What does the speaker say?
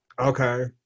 Okay